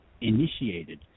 initiated